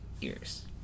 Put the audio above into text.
ears